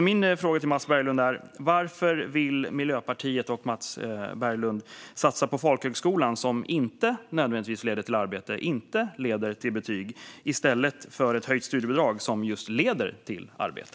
Min fråga till Mats Berglund är: Varför vill Miljöpartiet och Mats Berglund satsa på folkhögskolan, som inte nödvändigtvis leder till arbete och inte leder till betyg, i stället för ett höjt studiebidrag som just leder till arbete?